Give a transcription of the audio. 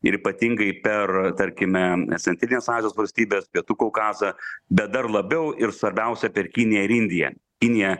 ir ypatingai per tarkime centrinės azijos valstybes pietų kaukazą bet dar labiau ir svarbiausia per kiniją ir indiją kinija